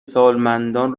سالمندان